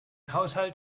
haushalt